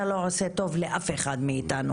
אתה לא עושה טוב לאף אחד מאיתנו.